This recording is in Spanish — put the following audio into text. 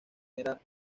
era